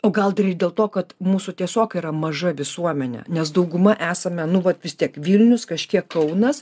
o gal tai yra dėl to kad mūsų tiesiog yra maža visuomenė nes dauguma esame nu vat vis tiek vilnius kažkiek kaunas